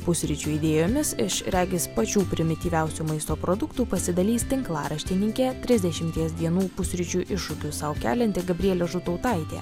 pusryčių idėjomis iš regis pačių primityviausių maisto produktų pasidalys tinklaraštininkė trisdešimties dienų pusryčių iššūkį sau kelianti gabrielė žutautaitė